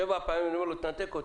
שבע פעמים אני אומר, תנתק אותו.